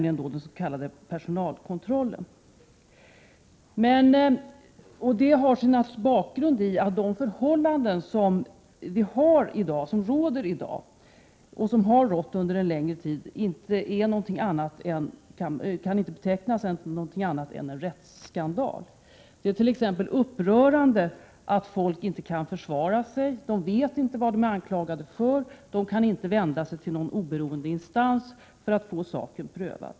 Det har naturligtvis sin bakgrund i att de förhållanden som råder i dag och som har rått under en längre tid inte kan betecknas som någonting annat än en rättsskandal. Det är t.ex. upprörande att folk inte kan försvara sig, de vet inte vad de är anklagade för, och de kan inte vända sig till någon oberoende instans för att få saken prövad.